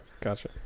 gotcha